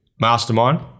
mastermind